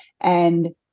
And-